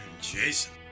Jason